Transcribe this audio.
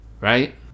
right